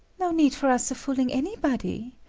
no need for us of fooling anybody.